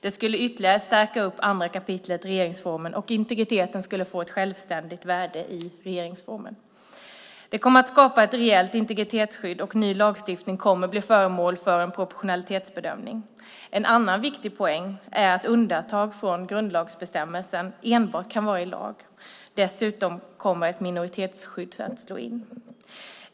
Det skulle ytterligare stärka 2 kap. regeringsformen, och integriteten skulle få ett självständigt värde i regeringsformen. Ett rejält integritetsskydd kommer att skapas, och ny lagstiftning kommer att bli föremål för en proportionalitetsbedömning. En annan viktig poäng är att undantag från grundlagsbestämmelsen enbart kan finnas i lag. Dessutom kommer ett minoritetsskydd att slå in.